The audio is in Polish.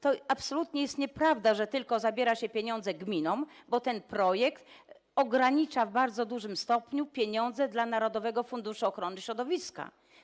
To absolutnie jest nieprawda, że tylko zabiera się pieniądze gminom, bo ten projekt ogranicza w bardzo dużym stopniu pieniądze dla narodowego funduszu ochrony środowiska.